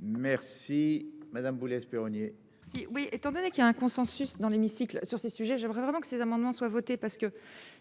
Merci madame Boulay-Espéronnier. Si oui, étant donné qu'il y a un consensus dans l'hémicycle sur ces sujets, j'aimerais vraiment que ces amendements soient votés parce que